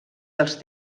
dels